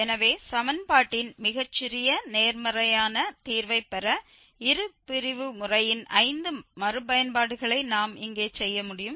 எனவே சமன்பாட்டின் மிகச் சிறிய நேர்மறையான தீர்வைப் பெற இருபிரிவு முறையின் ஐந்து மறுபயன்பாடுகளை நாம் இங்கே செய்ய முடியும்